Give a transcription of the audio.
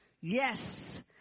Yes